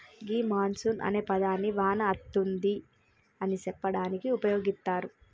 గీ monsoon అనే పదాన్ని వాన అతుంది అని సెప్పడానికి ఉపయోగిత్తారు